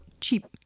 cheap